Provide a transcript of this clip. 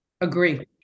Agree